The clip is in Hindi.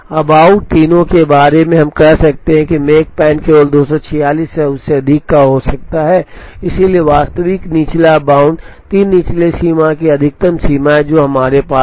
अब आउट तीनों के बारे में अब हम कह सकते हैं कि मेकपैन केवल 246 या उससे अधिक का हो सकता है इसलिए वास्तविक निचला बाउंड तीन निचले सीमा की अधिकतम सीमा है जो हमारे पास है